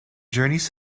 journeys